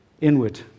inward